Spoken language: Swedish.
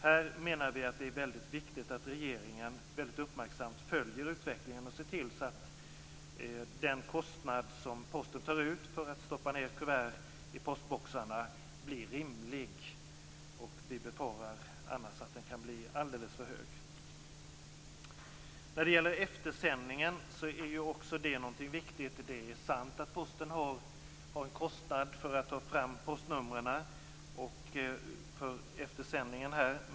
Här menar vi att det är viktigt att regeringen väldigt uppmärksamt följer utvecklingen och ser till att den kostnad som Posten tar ut för att stoppa ned kuvert i postboxarna blir rimlig. Vi befarar att den annars kan bli alldeles för hög. Eftersändningen är också någonting som är viktigt. Det är sant att Posten har en kostnad för att ta fram postnummer för eftersändning.